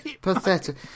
pathetic